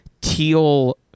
teal